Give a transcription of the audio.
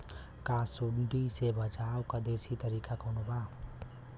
का सूंडी से बचाव क देशी तरीका कवनो बा?